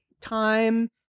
time